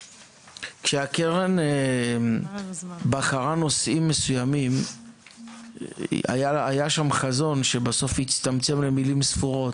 כשהקרן בחרה נושאים מסוימים היה שם חזון שבסוף הצטמצם למילים ספורות,